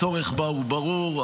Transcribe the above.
הצורך בה הוא ברור,